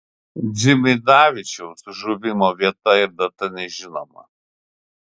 dzimidavičiaus žuvimo vieta ir data nežinoma